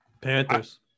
Panthers